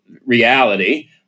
reality